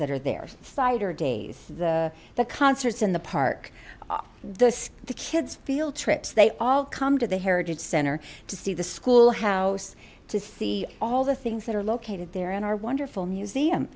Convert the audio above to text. that are there side or days the concerts in the park the the kids field trips they all come to the heritage center to see the schoolhouse to see all the things that are located there in our wonderful museum